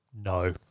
no